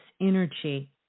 energy